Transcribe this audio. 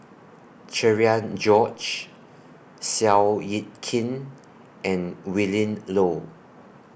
Cherian George Seow Yit Kin and Willin Low